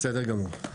בסדר גמור.